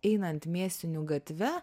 einant mėsinių gatve